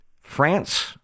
France